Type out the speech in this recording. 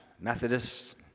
Methodists